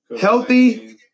Healthy